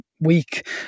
week